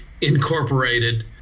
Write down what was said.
incorporated